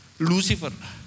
Lucifer